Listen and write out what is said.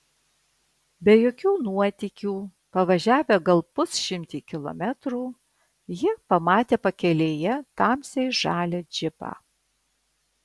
be jokių nuotykių pavažiavę gal pusšimtį kilometrų jie pamatė pakelėje tamsiai žalią džipą